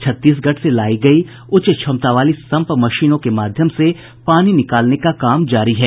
छत्तीसगढ़ से लायी गयी उच्च क्षमता वाली संप मशीनों के माध्यम से पानी निकालने का काम जारी है